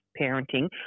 parenting